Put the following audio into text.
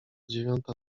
dziewiąta